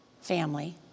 family